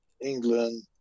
England